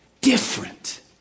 different